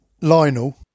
Lionel